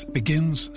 begins